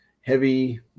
heavy